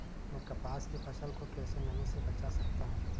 मैं कपास की फसल को कैसे नमी से बचा सकता हूँ?